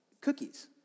cookies